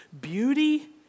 beauty